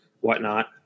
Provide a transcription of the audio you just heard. whatnot